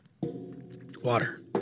Water